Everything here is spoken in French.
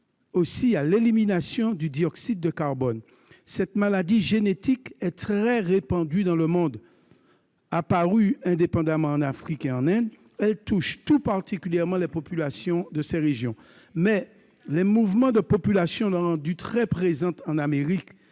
aussi à l'élimination du dioxyde de carbone. Une telle maladie génétique est très répandue dans le monde. Apparue indépendamment en Afrique et en Inde, elle touche tout particulièrement les populations de ces régions. Mais les mouvements de populations l'ont rendue très présente en Amérique,